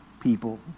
people